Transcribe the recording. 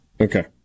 Okay